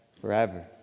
forever